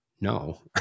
No